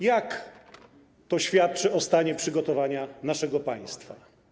Jak to świadczy o stanie przygotowania naszego państwa?